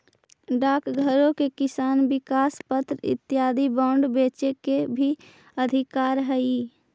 डाकघरो के किसान विकास पत्र इत्यादि बांड बेचे के भी अधिकार हइ